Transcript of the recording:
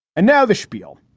and now the spiel.